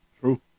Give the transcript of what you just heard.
True